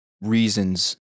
reasons